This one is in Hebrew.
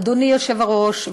אדוני היושב-ראש,